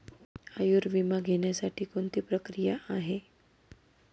आयुर्विमा घेण्यासाठी कोणती प्रक्रिया आहे?